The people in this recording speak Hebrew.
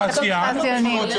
בהתאחדות התעשיינים.